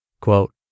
Quote